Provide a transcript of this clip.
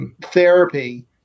therapy